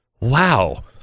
Wow